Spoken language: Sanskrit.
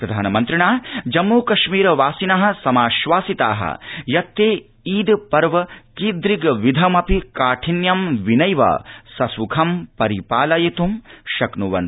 प्रधानमन्त्रिणा जम्मू कश्मीर वासिन समाश्वासिता यत् ते ईद पर्व कीदृष्विध काठिन्यं विनैव समुखं परिपालयितुं शक्नुवन्ति